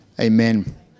Amen